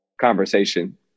conversation